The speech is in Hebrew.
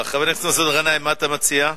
חבר הכנסת מסעוד גנאים, מה אתה מציע?